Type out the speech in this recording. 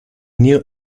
new